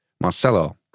Marcelo